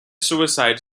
suicide